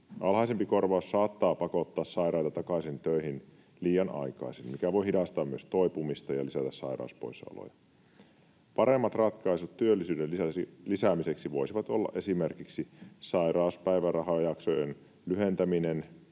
alhaisempi korvaus saattaa pakottaa sairaita takaisin töihin liian aikaisin, mikä voi hidastaa myös toipumista ja lisätä sairauspoissaoloja. Paremmat ratkaisut työllisyyden lisäämiseksi voisivat olla esimerkiksi sairauspäivärahajaksojen lyhentäminen